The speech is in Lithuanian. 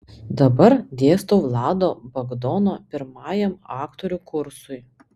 dabar dėstau vlado bagdono pirmajam aktorių kursui